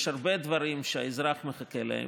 יש הרבה דברים שהאזרח מחכה להם,